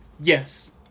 yes